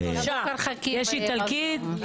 בית החולים האנגלי